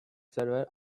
server